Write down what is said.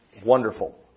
wonderful